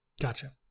gotcha